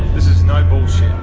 this is no bullshit.